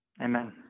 Amen